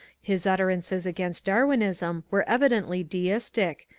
his utterances against darwinism were evidently deistic,